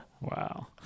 Wow